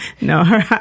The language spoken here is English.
no